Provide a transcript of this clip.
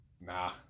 Nah